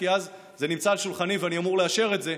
כי זה נמצא על שולחני ואני אמור לאשר את זה,